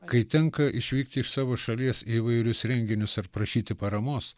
kai tenka išvykti iš savo šalies į įvairius renginius ir prašyti paramos